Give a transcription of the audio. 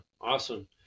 awesome